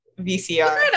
VCR